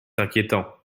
inquiétant